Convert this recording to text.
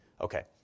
okay